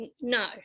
no